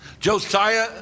Josiah